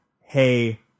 hey